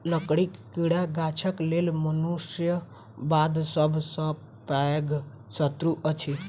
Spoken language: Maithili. लकड़ीक कीड़ा गाछक लेल मनुष्य बाद सभ सॅ पैघ शत्रु अछि